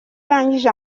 arangije